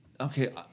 okay